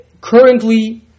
currently